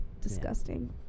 Disgusting